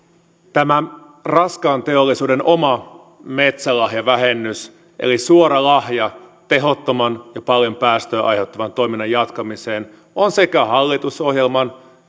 tämä raskaan teollisuuden oma metsälahjavähennys eli suora lahja tehottoman ja paljon päästöjä aiheuttavan toiminnan jatkamiseen on sekä hallitusohjelman